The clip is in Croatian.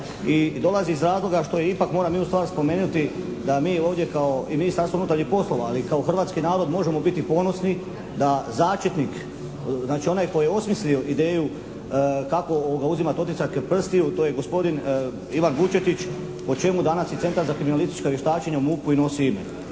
i dolazi iz razloga što ipak moram jednu stvar spomenuti da mi ovdje kao i Ministarstvo unutarnjih poslova ali i kao Hrvatski narod možemo biti ponosni da začetnik, znači onaj koji je osmislio ideju kako uzimati otiske prstiju to je gospodin Ivan Vučetić po čemu danas i Centar za kriminalistička vještačenja u MUP-u nosi i ime.